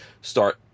start